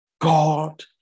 God